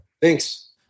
Thanks